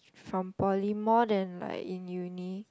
from poly more than like in uni